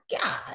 God